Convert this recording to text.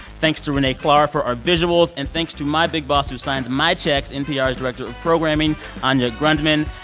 thanks to renee klahr for our visuals. and thanks to my big boss who signs my checks, npr's director of programming anya grundmann.